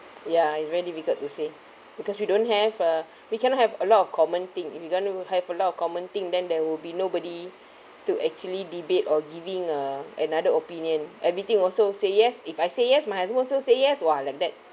ya it's very difficult to say because we don't have uh we cannot have a lot of common thing if we gonna to have a lot of common thing then there will be nobody to actually debate or giving uh another opinion everything also say yes if I say yes my husband also say yes !wah! like that